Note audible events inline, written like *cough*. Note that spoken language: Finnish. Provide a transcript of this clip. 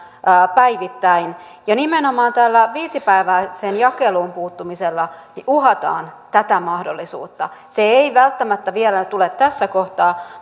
päivittäin ja nimenomaan tällä viisipäiväiseen jakeluun puuttumisella uhataan tätä mahdollisuutta se ei välttämättä vielä tule tässä kohtaa *unintelligible*